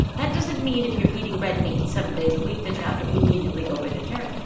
that doesn't mean if you're eating red meat seven days a week that you have to immediately go vegetarian,